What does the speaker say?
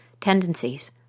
tendencies